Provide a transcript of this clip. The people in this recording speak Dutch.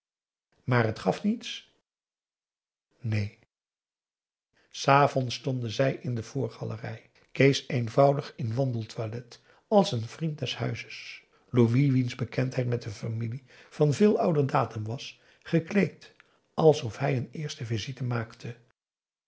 maar t gaf niets neen s avonds stonden zij in de voorgalerij kees eenvoudig in wandeltoilet als een vriend des huizes louis wiens bekendheid met de familie van veel ouder datum was gekleed alsof hij een eerste visite maakte